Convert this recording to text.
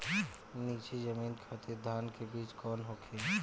नीची जमीन खातिर धान के बीज कौन होखे?